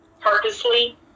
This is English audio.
purposely